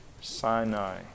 Sinai